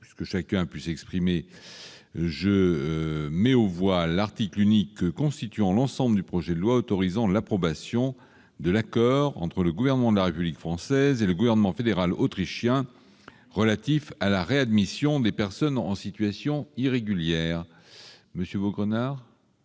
voix, dans le texte de la commission, l'article unique constituant l'ensemble du projet de loi autorisant l'approbation de l'accord entre le Gouvernement de la République française et le Gouvernement fédéral autrichien relatifs à la réadmission des personnes en situation irrégulière. L'ordre du